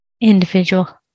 individual